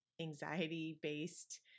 anxiety-based